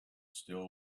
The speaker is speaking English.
still